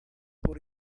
por